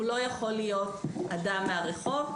הוא לא יכול להיות אדם מהרחוב,